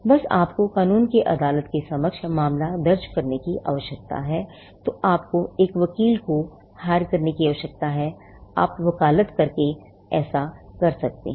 बस आपको कानून की अदालत के समक्ष मामला दर्ज करने की आवश्यकता है तो आपको एक वकील को hire करने की आवश्यकता है आप वकालत दायर करके ऐसा करते हैं